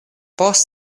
post